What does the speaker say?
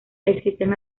existen